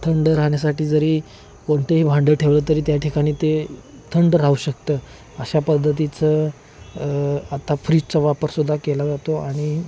थंड राहण्यासाठी जरी कोणतंही भांडं ठेवलं तरी त्या ठिकाणी ते थंड राहू शकतं अशा पद्धतीचं आता फ्रीजचा वापरसुद्धा केला जातो आणि